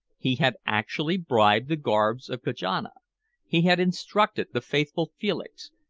he had actually bribed the guards of kajana he had instructed the faithful felix,